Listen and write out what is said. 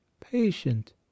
patient